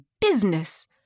business